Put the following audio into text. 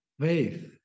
faith